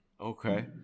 Okay